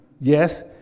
Yes